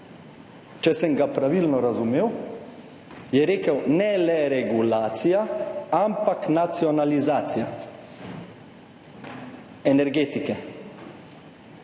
Če sem ga pravilno razumel, je rekel, ne le regulacija, ampak nacionalizacija energetike